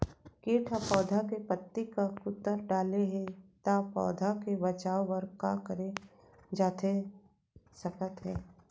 किट ह पौधा के पत्ती का कुतर डाले हे ता पौधा के बचाओ बर का करे जाथे सकत हे?